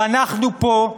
ואנחנו פה,